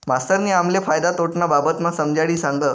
मास्तरनी आम्हले फायदा तोटाना बाबतमा समजाडी सांगं